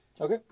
Okay